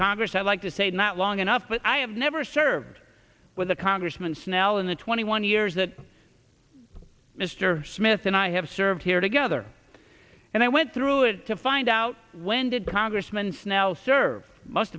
congress i'd like to say not long enough but i have never served with a congressman snell in the twenty one years that mr smith and i have served here together and i went through it to find out when did congressman snell serve must